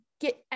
get